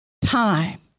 time